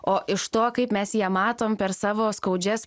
o iš to kaip mes ją matom per savo skaudžias